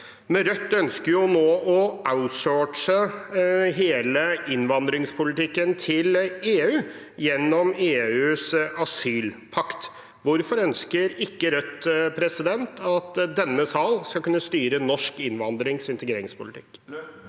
Rødt ønsker nå å outsource hele innvandringspolitikken til EU, gjennom EUs asylpakt. Hvorfor ønsker ikke Rødt at denne sal skal kunne styre norsk innvandrings- og integreringspolitikk?